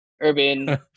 Urban